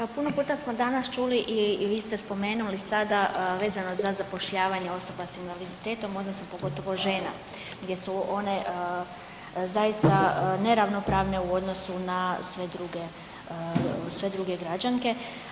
Pa puno puta smo danas čuli i vi ste spomenuli sada vezano za zapošljavanje osoba s invaliditetom pogotovo žena gdje su one zaista neravnopravne u odnosu na sve druge građanke.